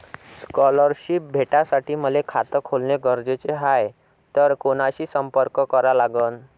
Scholarship भेटासाठी मले खात खोलने गरजेचे हाय तर कुणाशी संपर्क करा लागन?